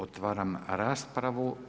Otvaram raspravu.